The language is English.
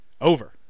Over